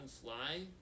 Fly